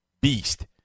beast